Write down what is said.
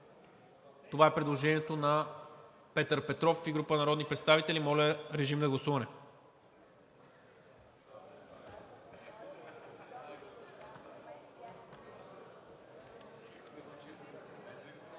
Това е предложението на Петър Петров и група народни представители. Моля, режим на гласуване.